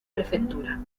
prefectura